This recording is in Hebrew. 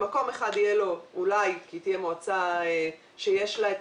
במקום אחד אולי כי תהיה מועצה שיש לה את